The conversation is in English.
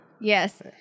Yes